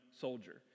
soldier